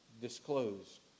disclosed